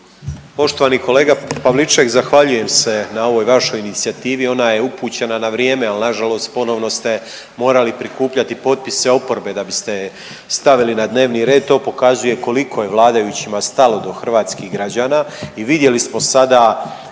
Poštovani kolega Pavliček zahvaljujem se na ovoj vašoj inicijativi, ona je upućena na vrijeme ali nažalost ponovno ste morali prikupljati potpise oporbe da biste je stavili na dnevni red. To pokazuje koliko je vladajućima stalo do hrvatskih građana. I vidjeli smo sada